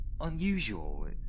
unusual